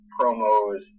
promos